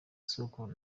sogokuru